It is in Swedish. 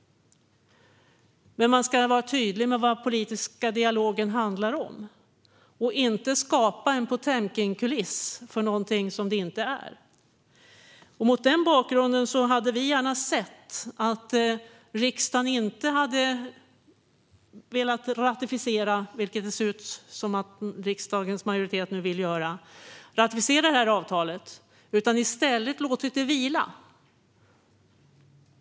Men man ska vara tydlig med vad den politiska dialogen handlar om. Man får inte skapa en Potemkinkuliss för något som inte finns. Mot denna bakgrund hade vi gärna sett att riksdagen inte ratificerar detta avtal, vilket en majoritet nu ser ut att vilja göra. I stället borde man ha låtit det vila.